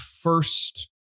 first